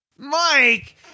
Mike